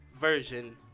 version